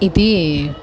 इति